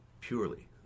purely